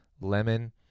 lemon